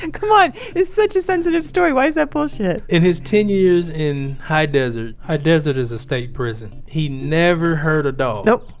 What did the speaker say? and come on. this is such a sensitive story. why is that bullshit? in his ten years in high desert, high desert is a state prison, he never heard a dog? nope,